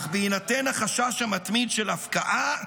אך בהינתן החשש המתמיד של הפקעה,